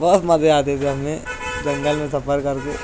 بہت مزے آتے تھے ہمیں جنگل میں سفر کر کے